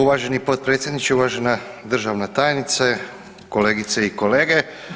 Uvaženi potpredsjedniče, uvažena državna tajnice, kolegice i kolege.